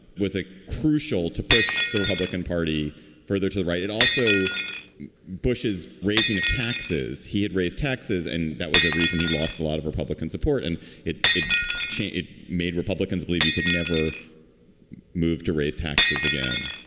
with a crucial to push the republican party further to the right it also bush's raising of taxes. he had raised taxes and that was a reason he lost a lot of republican support. and it it it made republicans believe you could never move to raise taxes again.